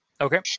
Okay